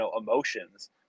emotions